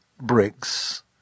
bricks